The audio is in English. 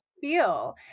feel